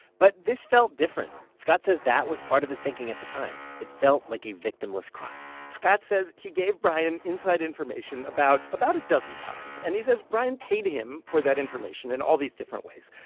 but this felt different. scott says that was part of his thinking at the time. it felt like a victimless crime scott says he gave bryan inside information about about a dozen times. and he says bryan paid him for that information in all these different ways.